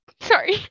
Sorry